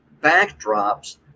backdrops